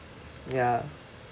ya